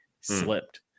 Slipped